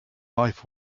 life